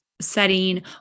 setting